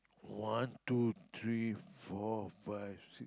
one two three four five